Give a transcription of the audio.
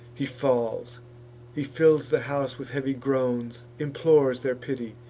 he falls he fills the house with heavy groans, implores their pity,